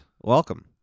Welcome